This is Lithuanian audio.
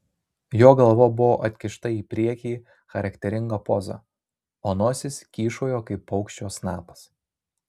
jo galva buvo atkišta į priekį charakteringa poza o nosis kyšojo kaip paukščio snapas